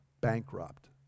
bankrupt